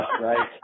right